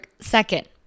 second